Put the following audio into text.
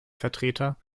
vertreter